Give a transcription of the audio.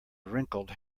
wrinkled